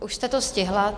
Už jste to stihla?